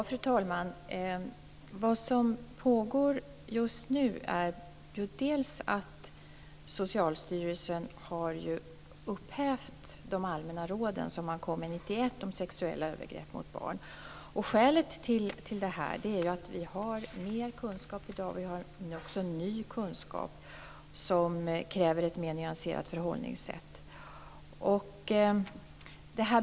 Fru talman! Vad som pågår just nu är att Socialstyrelsen har upphävt de allmänna råden från 1991 om sexuella övergrepp mot barn. Skälet till detta är att vi i dag har mer kunskap och också ny kunskap som kräver ett mer nyanserat förhållningssätt.